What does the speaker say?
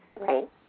right